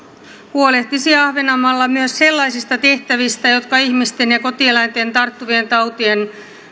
huolehtisi ahvenanmaalla myös sellaisista tehtävistä jotka ihmisten ja kotieläinten tarttuvien tautien